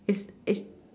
is is